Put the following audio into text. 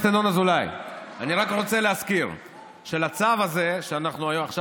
אני רק רוצה להזכיר שלצו הזה שאנחנו עכשיו